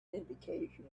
indication